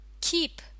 Keep